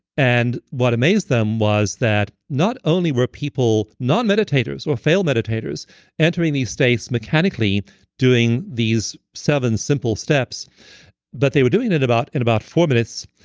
and what amazed them was that not only were people not meditators or fail meditators entering these states mechanically doing these seven simple steps but they were doing it in about four minutes.